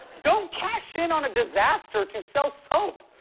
don't cash in on a disaster to sell soap.